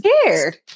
scared